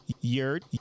yurt